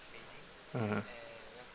mmhmm